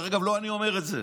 דרך אגב, לא אני אומר את זה,